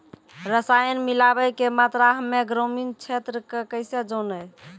रसायन मिलाबै के मात्रा हम्मे ग्रामीण क्षेत्रक कैसे जानै?